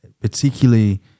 particularly